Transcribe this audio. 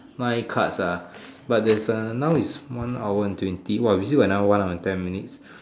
nine cuts ah but there's a now is one hour and twenty !wah! we still got another one hard and ten minutes